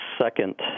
second